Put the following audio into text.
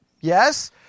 Yes